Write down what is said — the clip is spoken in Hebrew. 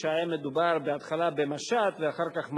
כשהיה מדובר בהתחלה במשט ואחר כך במטס,